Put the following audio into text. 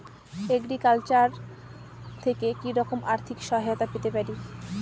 Agriculture থেকে কি রকম আর্থিক সহায়তা পেতে পারি?